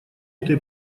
этой